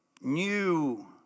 new